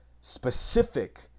specific